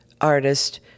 artist